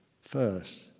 first